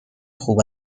خوب